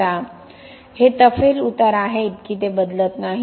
हे तफेल उतार आहेत की ते बदलत नाहीत